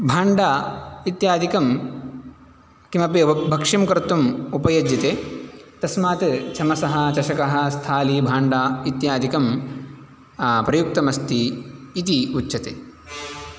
भाण्डा इत्यादिकं किमपि भक्ष्यं कर्तुम् उपयुज्यते तस्मात् चमसः चषकः स्थाली भाण्डा इत्यादिकं प्रयुक्तमस्ति इति उच्यते